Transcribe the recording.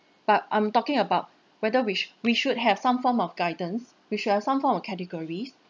but I'm talking about whether which we s~ we should have some form of guidance we should have some form of categories